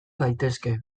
daitezke